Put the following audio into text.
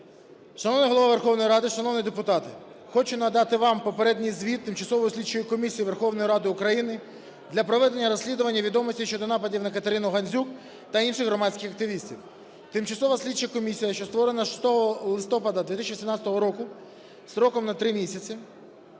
Шановний Голово Верховної Ради, шановні депутати, хочу нагадати вам попередній звіт Тимчасової слідчої комісії Верховної Ради України для проведення розслідування відомостей щодо нападів на КатеринуГандзюк та інших громадських активістів. Тимчасова слідча комісії, що створена 6 листопада 2018 року строком на 3 місяці.